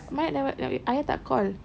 mi~ never never ayah tak call